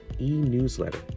e-newsletter